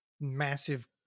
massive